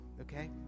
Okay